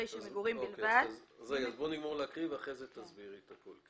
בואו נגמור להקריא ואחרי כן תסבירי את הכול.